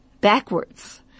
backwards